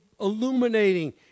illuminating